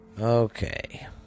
Okay